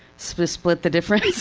split split the difference?